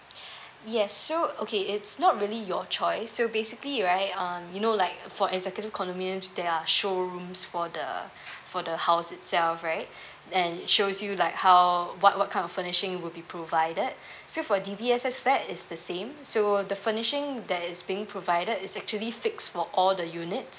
yes so okay it's not really your choice so basically right um you know like for executive condominiums there are showrooms for the for the house itself right and shows you like how what what kind of furnishing will be provided so for D_B_S_S flat is the same so the furnishing that is being provided is actually fix for all the unit